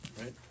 right